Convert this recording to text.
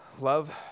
Love